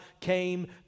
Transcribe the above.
came